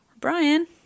Brian